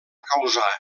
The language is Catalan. causar